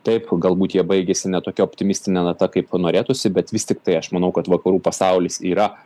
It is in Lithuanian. taip galbūt jie baigėsi ne tokia optimistine nata kaip norėtųsi bet vis tiktai aš manau kad vakarų pasaulis yra